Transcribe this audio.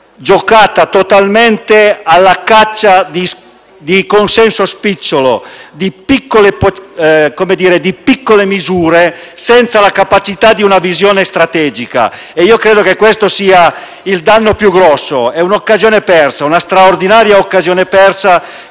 giocata totalmente alla caccia di consenso spicciolo con piccole misure, senza la capacità di una visione strategica. Io credo che questo sia il danno più grosso. È una straordinaria occasione persa